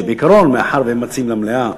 כשבעיקרון, מאחר שהם מציעים למליאה,